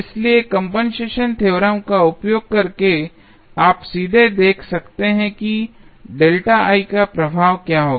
इसलिए compensation theorem का उपयोग करके आप सीधे देख सकते हैं कि का प्रभाव क्या होगा